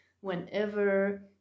Whenever